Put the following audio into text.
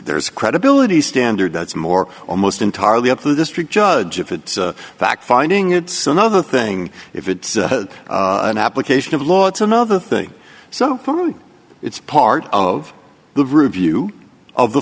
there is credibility standard that's more almost entirely up to the district judge if it's a fact finding it's another thing if it's an application of law it's another thing so it's part of the review of the